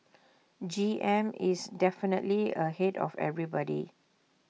G M is definitely ahead of everybody